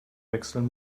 wechseln